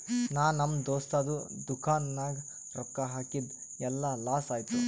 ನಾ ನಮ್ ದೋಸ್ತದು ದುಕಾನ್ ನಾಗ್ ರೊಕ್ಕಾ ಹಾಕಿದ್ ಎಲ್ಲಾ ಲಾಸ್ ಆಯ್ತು